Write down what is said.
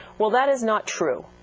well, that is not true.